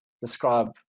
describe